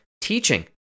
teaching